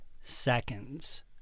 seconds